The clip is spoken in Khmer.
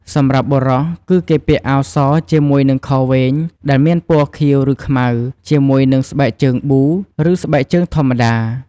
សម្រាប់បុរសគឺគេពាក់អាវសជាមួយនិងខោវែងដែលមានពណ៌ខៀវឬខ្មៅ ជាមួយនិងស្បែកជើងប៊ូ ឬស្បែកជើងធម្មតា។